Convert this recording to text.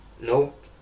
Nope